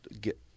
get